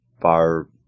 bar